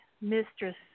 mistress